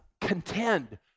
contend